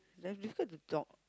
like difficult to talk